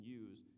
use